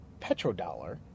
petrodollar